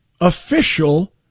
official